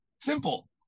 Simple